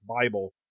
bible